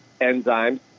enzymes